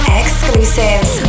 exclusives